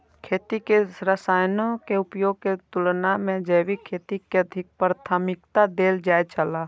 खेती में रसायनों के उपयोग के तुलना में जैविक खेती के अधिक प्राथमिकता देल जाय छला